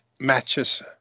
matches